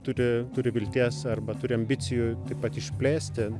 turi turi vilties arba turi ambicijų taip pat išplėsti